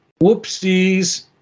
Whoopsies